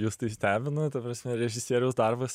jus tai stebina ta prasme režisieriaus darbas